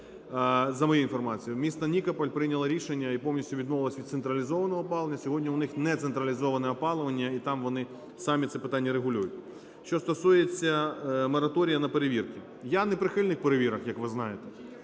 За моєю інформацію місто Нікополь прийняло рішення і повністю відмовилося від централізованого опалення, сьогодні у них нецентралізоване опалення, і там вони самі це питання регулюють. Що стосується мораторію на перевірку. Я не прихильник перевірок, як ви знаєте,